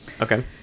Okay